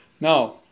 Now